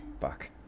Fuck